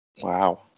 Wow